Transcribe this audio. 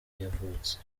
yavutse